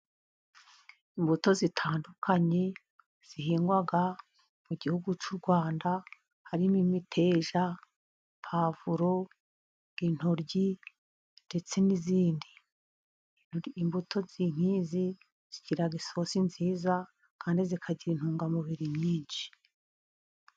Imbuto zitandukanye zihingwa mu gihugu cy'u Rwanda, harimo imiteja, puwavuro, intoryi ndetse n'izindi imbuto nk'izi zigira isosi nziza, kandi zikagira intungamubiri nyinshi.